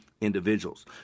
individuals